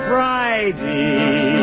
Friday